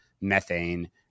methane